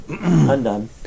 Undone